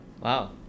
Wow